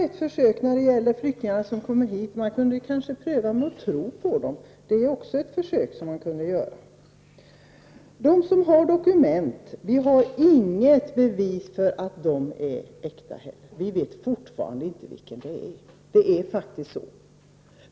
En sak som man skulle kunna göra är att testa om man kan tro på flyktingar. Det är ett försök som man kunde göra. Vi har inget bevis för att de som har dokument har äkta dokument. Vi vet fortfarande inte vilka de är. Det är faktiskt så.